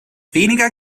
weniger